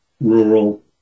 rural